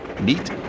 neat